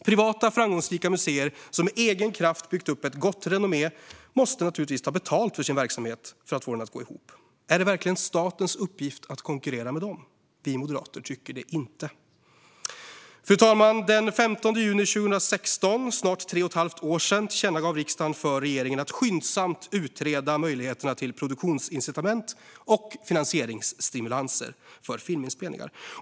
Privata, framgångsrika museer, som med egen kraft byggt upp ett gott renommé, måste naturligtvis ta betalt för att få sin verksamhet att gå ihop. Är det verkligen statens uppgift att konkurrera med dem? Vi moderater tycker inte det. Fru talman! Den 15 juni 2016, för snart tre och ett halvt år sedan, riktade riksdagen ett tillkännagivande till regeringen om att skyndsamt utreda möjligheterna till produktionsincitament och finansieringsstimulanser för filminspelningar.